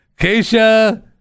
Keisha